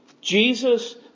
Jesus